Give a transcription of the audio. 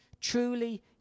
Truly